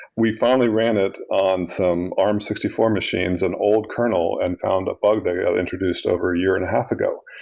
we finally ran it on some arm sixty four machines and old kernel and found a bug there introduced over a year and a half ago.